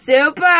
super